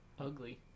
ugly